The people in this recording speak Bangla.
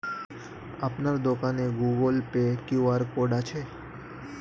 আপনার দোকানে গুগোল পে কিউ.আর কোড আছে?